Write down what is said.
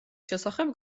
შესახებ